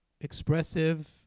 expressive